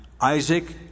Isaac